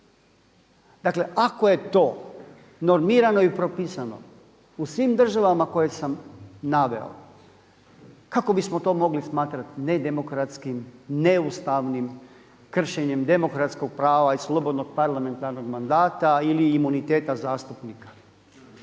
Dakle, ako je to normirano i propisano u svim državama koje sam naveo kao bismo to mogli smatrati nedemokratskim, neustavnim, kršenjem demokratskog prava i slobodnog parlamentarnog mandata ili imuniteta zastupnika.